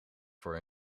voor